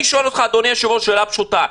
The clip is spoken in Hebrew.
אני שואל אותך, אדוני היושב-ראש, שאלה פשוטה: